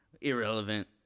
irrelevant